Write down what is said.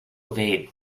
evade